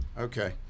Okay